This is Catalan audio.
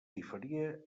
diferia